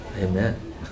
Amen